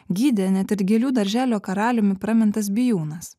gydė net ir gėlių darželio karaliumi pramintas bijūnas